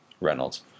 Reynolds